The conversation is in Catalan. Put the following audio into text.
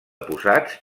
posats